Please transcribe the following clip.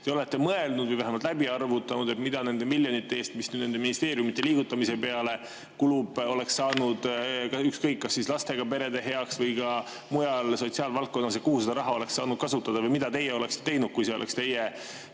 te olete mõelnud või vähemalt läbi arvutanud, mida nende miljonite eest, mis nende ministeeriumide liigutamise peale kulub, oleks saanud [teha]? Näiteks kasutada ükskõik, kas siis lastega perede heaks või ka mujal sotsiaalvaldkonnas, kus seda raha oleks saanud kasutada? Mida teie oleksite teinud, kui see oleks teie